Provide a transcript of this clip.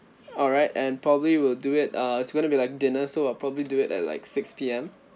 alright and probably will do it uh it's going to be like dinner so we'll probably do it at like six P_M